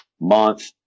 month